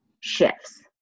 shifts